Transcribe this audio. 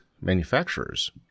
manufacturers